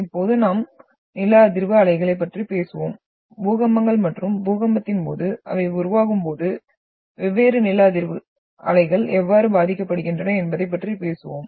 இப்போது நாம் நில அதிர்வு அலைகளைப் பற்றி பேசுவோம் பூகம்பங்கள் மற்றும் பூகம்பத்தின் போது அவை உருவாகும்போது வெவ்வேறு நில அதிர்வு அலைகள் எவ்வாறு பாதிக்கப்படுகின்றன என்பதைப் பற்றி பேசுவோம்